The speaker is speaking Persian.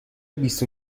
بیست